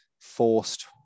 forced